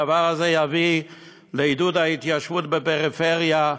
הדבר הזה יביא לעידוד ההתיישבות בפריפריה,